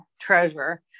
treasure